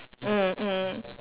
mm mm